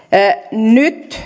nyt